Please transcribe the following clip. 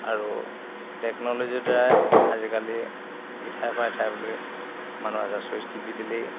আৰু টেকন'লজিৰ দ্বাৰাই আজিকালি ইঠাইৰ পৰা সিঠাইলৈ মানুহে এটা ছুইচ টিপি দিলেই